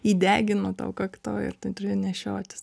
įdegino tau kaktoj ir tu turi ją nešiotis